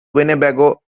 winnebago